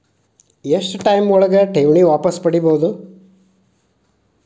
ಎಷ್ಟು ಟೈಮ್ ಒಳಗ ಠೇವಣಿ ವಾಪಸ್ ಪಡಿಬಹುದು?